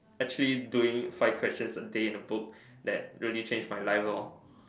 actually doing five questions a day in a book that really change my life all